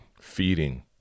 feeding